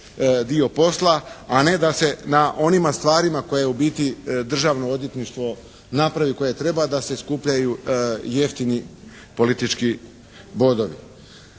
dio posla, a ne da se na onima stvarima koje u biti Državno odvjetništvo napravi, koje treba da se skupljaju jeftini politički bodovi.